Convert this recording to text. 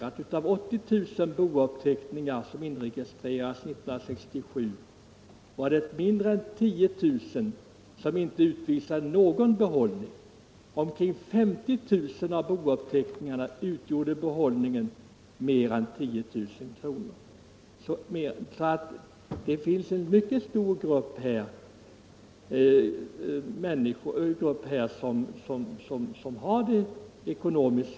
Av ca 80 000 bouppteckningar inregistrerade 1967 var det omkring 10 000 som inte uppvisade någon behållning, medan i omkring 50 000 fall behållningen utgjorde mera än 10 000 kr. Det finns alltså en mycket stor grupp som har det ekonomiskt svårt att kunna klara en så dryg utgift som en begravning innebär.